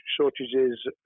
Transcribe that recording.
shortages